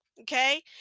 okay